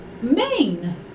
Maine